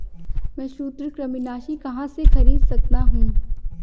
मैं सूत्रकृमिनाशी कहाँ से खरीद सकता हूँ?